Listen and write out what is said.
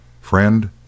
Friend